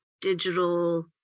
digital